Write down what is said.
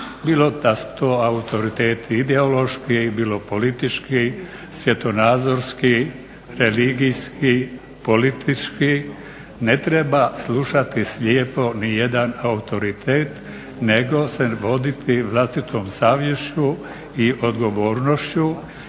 su to autoriteti ideološki, bilo politički, svjetonazorski, religijski, politički. Ne treba slušati slijepo ni jedan autoritet, nego se voditi vlastitom savješću i odgovornošću